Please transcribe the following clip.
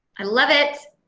i love it.